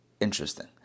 Interesting